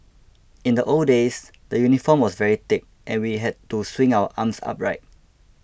in the old days the uniform was very thick and we had to swing our arms upright